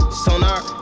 sonar